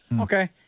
Okay